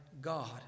God